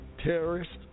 terrorists